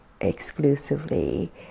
exclusively